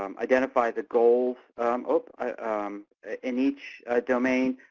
um identify the goals in each domain.